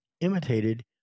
imitated